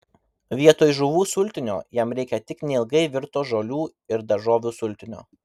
vietoj žuvų sultinio jam reikia tik neilgai virto žolių ir daržovių sultinio